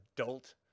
adult